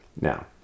Now